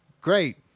Great